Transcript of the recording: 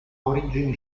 origini